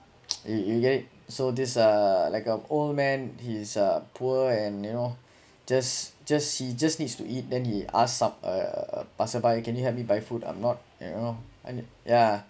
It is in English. eh you get it so this uh like a old man he's uh poor and you know just just he just needs to eat then he asked up uh passerby can you help me buy food I'm not you know I mean yeah